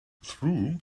through